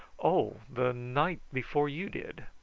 oh, the night before you did.